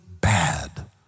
bad